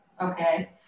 okay